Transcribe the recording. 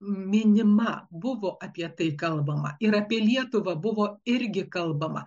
minima buvo apie tai kalbama ir apie lietuvą buvo irgi kalbama